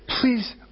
please